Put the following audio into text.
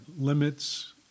limits